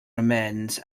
remains